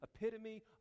epitome